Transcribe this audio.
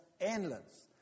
endless